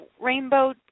rainbow